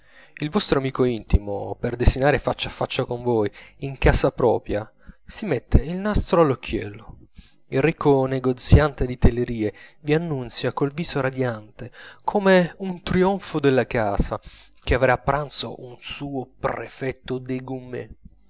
il vostro amico intimo per desinare faccia a faccia con voi in casa propria si mette il nastro all'occhiello il ricco negoziante di telerie vi annunzia col viso radiante come un trionfo della casa che avrà a pranzo un sotto prefetto dègommé i